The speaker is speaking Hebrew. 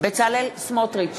בצלאל סמוטריץ,